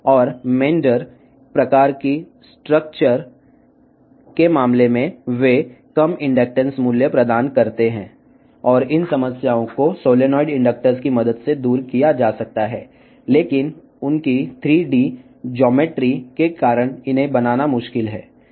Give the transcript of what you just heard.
మరియు మెండరికల్ ఆకారం విషయంలో అతి తక్కువ ఇండక్టెన్స్ విలువను అందిస్తాయి మరియు ఈ సమస్యలను సోలేనోయిడల్ ప్రేరకాల సహాయంతో అధిగమించవచ్చును కాని వాటి 3D జ్యామితి కారణంగా అవి తయారుచేయడము కష్టం